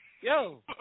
yo